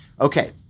Okay